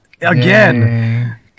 Again